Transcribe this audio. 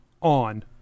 on